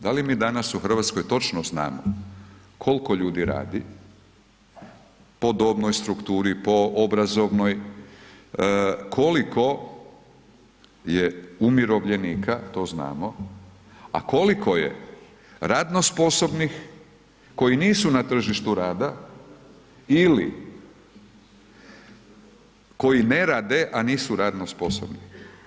Da li mi danas u Hrvatskoj točno znamo koliko ljudi radi, po dobnoj strukturi, po obrazovnoj, koliko je umirovljenika, to znamo, a koliko je radno sposobnih, koji nisu na tržištu rada ili koji ne rade, a nisu radno sposobni.